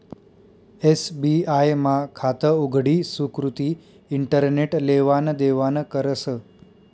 SBI मा खातं उघडी सुकृती इंटरनेट लेवान देवानं करस